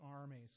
armies